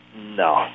no